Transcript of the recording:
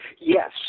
Yes